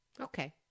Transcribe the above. Okay